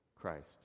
Christ